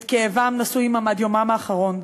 את כאבם נשאו עמם עד יומם האחרון.